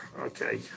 okay